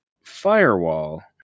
Firewall